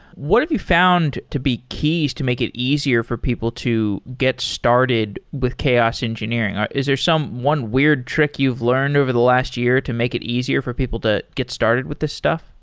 what have you found to be keys to make it easier for people to get started with chaos engineering? or is there one weird trick you've learned over the last year to make it easier for people to get started with this stuff?